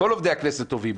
כל עובדי הכנסת טובים,